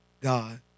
God